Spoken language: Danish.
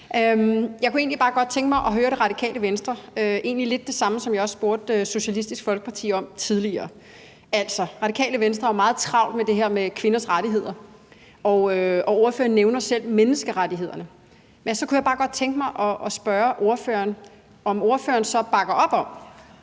Jeg kunne bare godt tænke mig at høre noget hos Radikale Venstre, og det er egentlig lidt det samme, som jeg også spurgte Socialistisk Folkeparti om tidligere. Radikale Venstre har jo meget travlt med det her med kvinders rettigheder, og ordføreren nævner selv menneskerettighederne. Men så kunne jeg bare godt tænke mig at spørge ordføreren, om ordføreren så bakker op om,